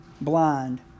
blind